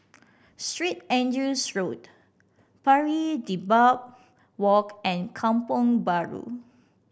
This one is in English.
Street Andrew's Road Pari Dedap Walk and Kampong Bahru